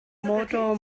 mawtaw